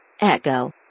Echo